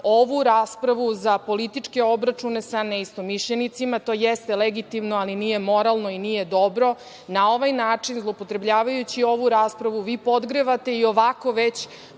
ovu raspravu za političke obračune sa neistomišljenicima. To jeste legitimno ali nije moralno i nije dobro. Na ovaj način zloupotrebljavajući ovu raspravu vi podgrevate i ovako već